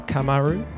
Kamaru